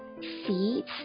seeds